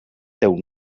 teu